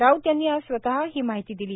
राऊत यांनी आज स्वत ही माहिती दिली